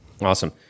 Awesome